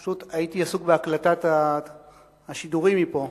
פשוט הייתי עסוק בהקלטת השידורים מפה.